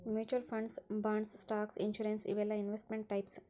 mutual funds bonds stock insurance ಇವೆಲ್ಲಾ investment types